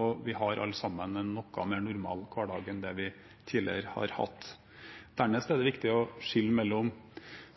og vi har alle sammen en noe mer normal hverdag enn det vi tidligere har hatt. Dernest er det viktig å skille mellom